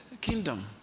kingdom